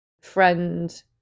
friend